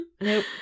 Nope